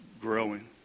growing